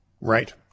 Right